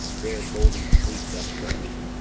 there golden sleep doth reign.